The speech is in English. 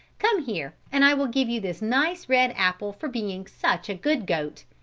come here, and i will give you this nice red apple for being such a good goat.